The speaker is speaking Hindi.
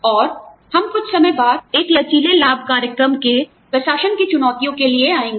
और हम कुछ समय बाद एक लचीले लाभ कार्यक्रम के प्रशासन की चुनौतियों के लिए आएँगे